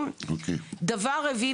רגע, קטי,